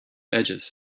edges